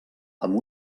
amb